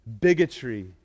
bigotry